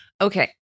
okay